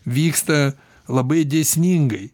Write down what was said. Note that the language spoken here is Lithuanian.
vyksta labai dėsningai